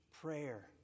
Prayer